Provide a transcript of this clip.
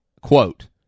quote